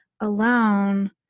alone